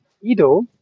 ido